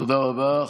תודה רבה.